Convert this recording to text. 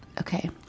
Okay